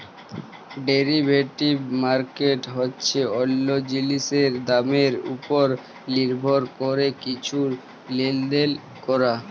derivative market হছে অল্য জিলিসের দামের উপর লির্ভর ক্যরে কিছু লেলদেল ক্যরা